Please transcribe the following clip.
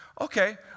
Okay